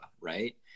right